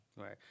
Right